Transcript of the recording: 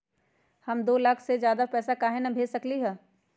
हम दो लाख से ज्यादा पैसा काहे न भेज सकली ह?